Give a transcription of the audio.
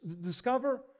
discover